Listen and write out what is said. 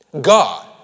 God